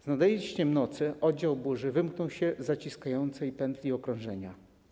Z nadejściem nocy oddział „Burzy” wymknął się z zaciskającej się pętli okrążenia.